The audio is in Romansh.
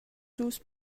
dus